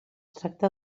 tracta